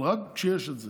אבל רק כשיש את זה.